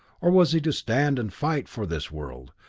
or was he to stand and fight for this world,